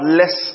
less